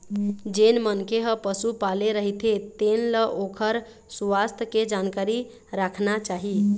जेन मनखे ह पशु पाले रहिथे तेन ल ओखर सुवास्थ के जानकारी राखना चाही